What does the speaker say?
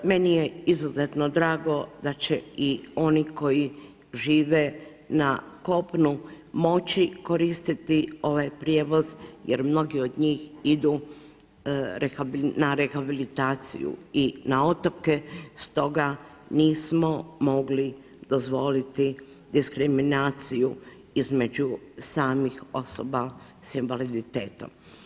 Meni je izuzetno drago da će i oni koji žive na kopnu moći koristiti ovaj prijevoz jer mnogi od njih idu na rehabilitaciju i na otoke stoga nismo mogli dozvoliti diskriminaciju između samih osoba s invaliditetom.